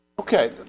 Okay